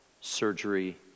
surgery